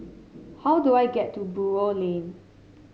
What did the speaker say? how do I get to Buroh Lane